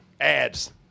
Ads